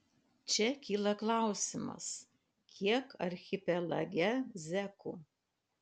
čia kyla klausimas kiek archipelage zekų